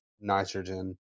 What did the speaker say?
nitrogen